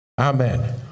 Amen